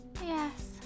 Yes